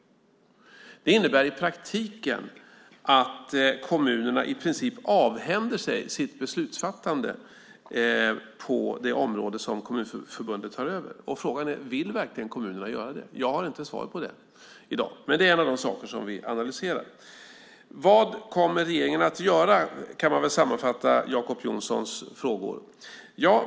De innebär i praktiken att kommunerna i princip avhänder sig sitt beslutsfattande på det område som kommunförbundet tar över. Frågan är om kommunerna verkligen vill göra det. Jag har inte svar på det i dag. Men det är en av de saker som vi analyserar. Vad kommer regeringen att göra? Så kan man väl sammanfatta Jacob Johnsons frågor.